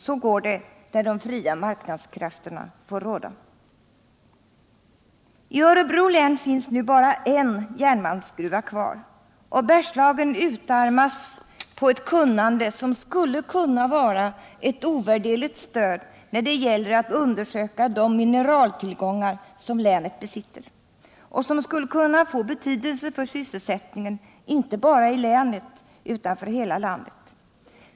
Så går det där de fria marknadskrafterna får råda. I Örebro län finns nu bara en järnmalmsgruva kvar. Bergslagen utarmas på ett kunnande som borde vara ett ovärderligt stöd när det gäller att undersöka de mineraltillgångar som länet besitter och som skulle kunna få betydelse för sysselsättningen inte bara i länet utan för hela landet.